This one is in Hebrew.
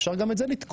אפשר גם את זה לתקוע.